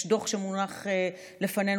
יש דוח שמונח לפנינו,